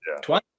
twice